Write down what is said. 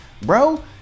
Bro